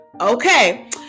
Okay